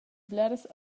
bleras